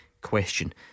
Question